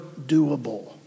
doable